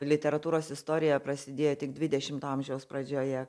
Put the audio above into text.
literatūros istorija prasidėjo tik dvidešimto amžiaus pradžioje